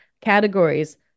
categories